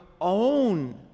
own